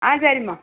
ஆ சரிம்மா